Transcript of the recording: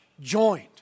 joined